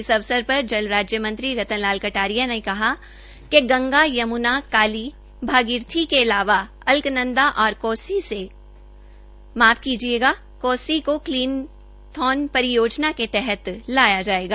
इस अवसर पर जल राज्य मंत्री रतन लाल कटारिया ने कहा कि गंगा यम्नाख् काली भागीरथी के अलावा अलकनंदा और कोसी को क्नीनथॉन परियोजना के तहत लाया जायेगा